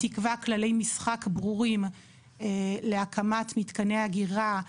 שתקבע כללי משחק ברורים להקמת מתקני אגירה.